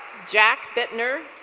jack buettner.